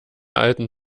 alten